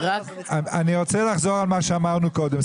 אני רוצה לחזור על מה שאמרנו קודם,